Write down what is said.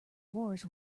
forest